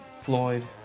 Floyd